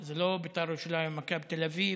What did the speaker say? זה לא בית"ר ירושלים או מכבי תל אביב,